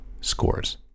scores